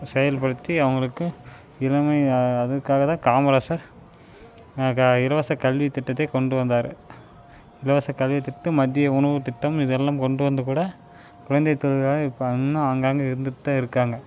செயல்படுத்தி அவர்களுக்கு இளமை அதுக்காக தான் காமராசர் ஆகா இலவச கல்வி திட்டத்தை கொண்டு வந்தார் இலவச கல்வி திட்டம் மத்திய உணவு திட்டம் இதெல்லாம் கொண்டு வந்தும்கூட குழந்தை தொழிலாளர் இப்போ இன்னும் ஆங்காங்கே இருந்துகிட்டுதான் இருக்காங்க